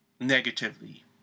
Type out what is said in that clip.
negatively